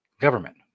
Government